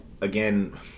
again